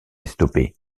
stoppée